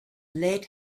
lead